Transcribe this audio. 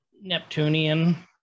Neptunian